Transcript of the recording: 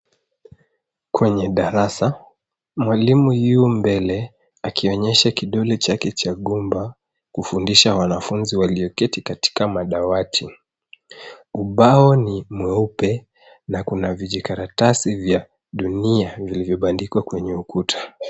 Kwenye darasa, mwalimu yu mbele akionyesha kidole chake cha gumba kufundisha wanafunzi walioketi katika madawati. Ubao ni mweupe na kuna vijikaratasi vya dunia, vilivyobandikwa kwenye ukuta.